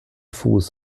fuß